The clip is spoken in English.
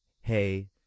hey